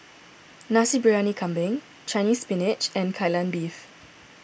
Nasi Briyani Kambing Chinese Spinach and Kai Lan Beef